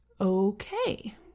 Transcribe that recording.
Okay